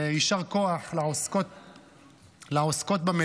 ויישר כוח לעוסקות במלאכה.